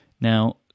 Now